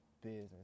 business